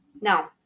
No